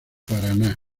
paraná